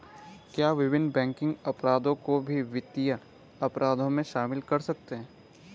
क्या विभिन्न बैंकिंग अपराधों को भी वित्तीय अपराधों में शामिल कर सकते हैं?